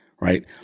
right